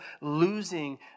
losing